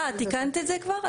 אה, תיקנת את זה כבר?